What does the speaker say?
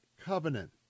Covenant